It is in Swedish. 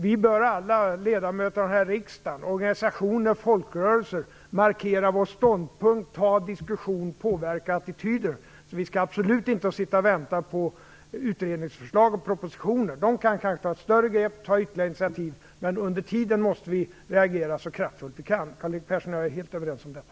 Vi bör alla ledamöter av denna riksdag, organisationer och folkrörelser markera vår ståndpunkt, ta diskussion och påverka attityder. Vi skall absolut inte sitta och vänta på utredningsförslag och propositioner. De kan ta större grepp och ytterligare initiativ. Men under tiden måste vi reagera så kraftfullt vi kan. Karl-Erik Persson och jag är helt överens om detta.